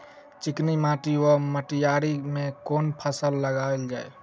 चिकनी माटि वा मटीयारी मे केँ फसल लगाएल जाए?